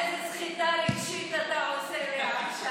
איזו סחיטה רגשית אתה עושה לי עכשיו.